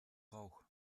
rauch